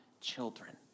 children